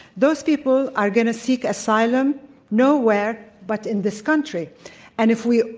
those people are going to seek asylum nowhere but in this country and if we,